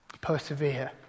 Persevere